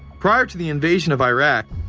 prior to the invasion of iraq,